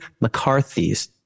mccarthy's